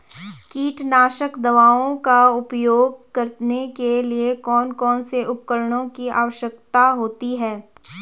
कीटनाशक दवाओं का उपयोग करने के लिए कौन कौन से उपकरणों की आवश्यकता होती है?